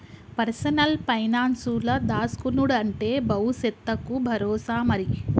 personal పైనాన్సుల దాస్కునుడంటే బవుసెత్తకు బరోసా మరి